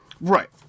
Right